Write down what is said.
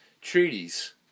treaties